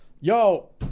yo